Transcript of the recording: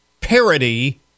parody